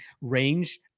range